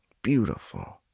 beautiful.